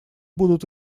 будут